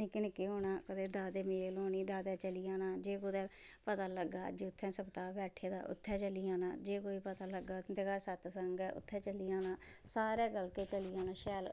निक्के निक्के होना कुदै दाते मेल होनी दातै चली जाना जे कुतै पता लग्गा अज्ज उत्थै सवताह् बैट्ठे दा उत्थै चली जाना जे कोई पता लग्गा उंदे घर सतसंग ऐ उत्थै चली जाना सारे गल्ल के चली जाना शैल